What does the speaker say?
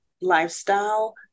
lifestyle